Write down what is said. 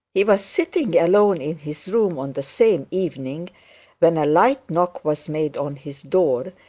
he was sitting alone in his room on the same evening when a light knock was made on his door,